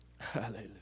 Hallelujah